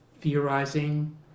theorizing